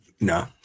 No